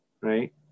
right